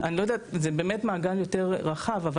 זה באמת מעגל יותר רחב.